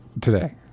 Today